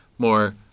more